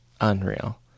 unreal